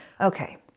Okay